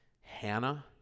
Hannah